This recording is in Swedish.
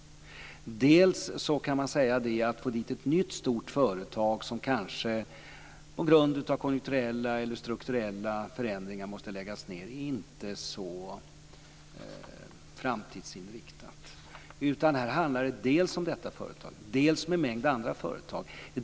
Att dessutom försöka få dit ett nytt stort företag som kanske måste läggas ned på grund av konjunkturella eller strukturella förändringar, är inte så framtidsinriktat. Här handlar det dels om detta företag, dels om en mängd andra företag.